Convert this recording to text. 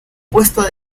puesta